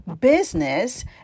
business